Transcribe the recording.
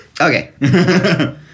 Okay